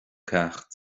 ceacht